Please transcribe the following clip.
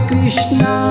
Krishna